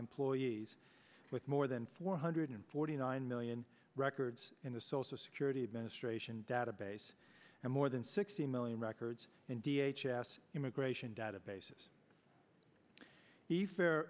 employees with more than four hundred forty nine million records in the social security administration database and more than sixty million records and v h s immigration databases the fair